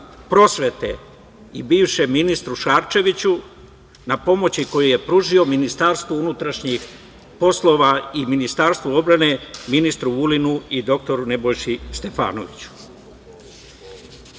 prosvete i bivšem ministru Šarčeviću na pomoći koju je pružio Ministarstvo unutrašnjih poslova i Ministarstvo odbrane ministru Vulinu i dr Nebojši Stefanoviću. Danas,